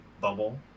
bubble